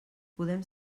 podem